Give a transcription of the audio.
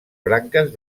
branques